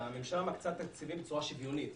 הממשלה מקצה תקציבים בצורה שוויונית,